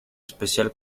especial